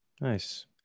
nice